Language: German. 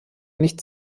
nicht